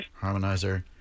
harmonizer